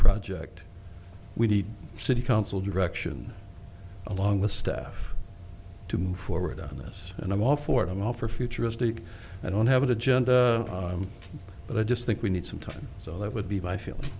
project we need city council direction along with stuff to move forward on this and i'm all for it i'm all for futuristic i don't have an agenda but i just think we need some time so that would be my f